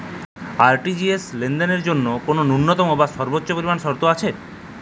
RTGS লেনদেনের জন্য কোন ন্যূনতম বা সর্বোচ্চ পরিমাণ শর্ত আছে?